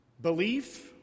Belief